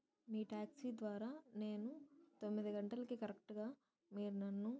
మీ taxi ద్వారా నేను తొమ్మిది గంటలకి కరెక్టుగా మీరు నన్ను